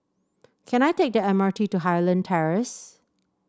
can I take the M R T to Highland Terrace